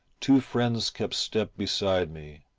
two friends kept step beside me,